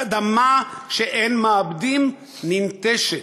אדמה שאין מעבדים, ננטשת.